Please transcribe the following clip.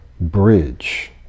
bridge